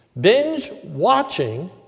binge-watching